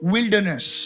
Wilderness